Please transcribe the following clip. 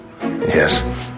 Yes